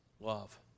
love